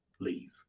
leave